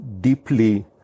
deeply